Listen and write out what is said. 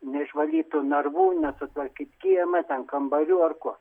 neišvalyt tų narvų nesutvarkyt kiemą ten kambarių ar ko